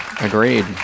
Agreed